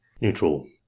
neutral